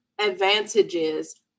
advantages